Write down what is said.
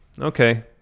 okay